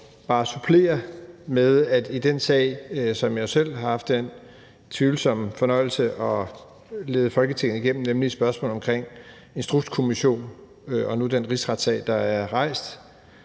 at sige i forhold til den sag, som jeg jo selv har haft den tvivlsomme fornøjelse at lede Folketinget igennem, nemlig spørgsmålet om Instrukskommissionen og den rigsretssag, der nu er rejst,